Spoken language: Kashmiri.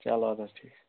چلو اَدٕ حظ ٹھیٖک